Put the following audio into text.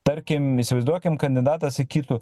tarkim įsivaizduokim kandidatas sakytų